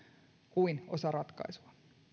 kuin osa ratkaisua